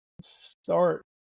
start